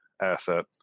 asset